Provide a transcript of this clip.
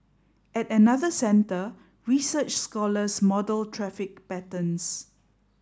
at another centre research scholars model traffic patterns